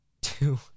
two